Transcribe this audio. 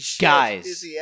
guys